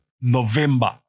November